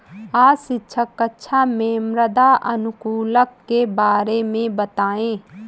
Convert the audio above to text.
आज शिक्षक कक्षा में मृदा अनुकूलक के बारे में बताएं